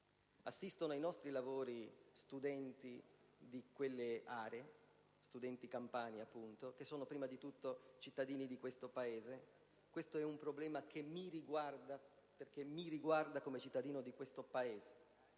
Assistono ai nostri lavori studenti di quelle aree, studenti campani, che sono prima di tutto cittadini di questo Paese: questo è un problema che mi riguarda come cittadino di questo Paese,